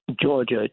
Georgia